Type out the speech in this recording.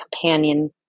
companion